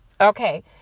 Okay